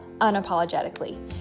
unapologetically